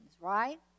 right